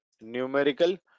Numerical